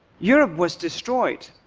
europe was destroyed.